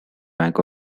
bank